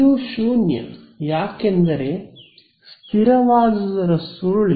ಇದು 0 ಯಾಕೆಂದರೆ ಸ್ಥಿರವಾದುದರ ಸುರುಳಿ